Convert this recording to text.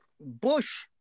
Bush